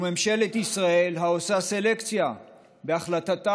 זו ממשלת ישראל העושה סלקציה בהחלטתה